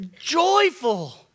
joyful